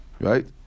Right